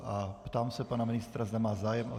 A ptám se pana ministra, zda má zájem...